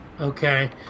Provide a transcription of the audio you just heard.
okay